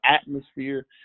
atmosphere